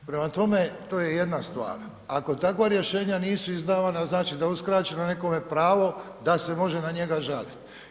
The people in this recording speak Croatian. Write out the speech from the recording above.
Prema tome, to je jedna stvar, ako takva rješenja nisu izdavana znači da je uskraćeno nekome pravo da se može na njega žaliti.